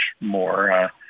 more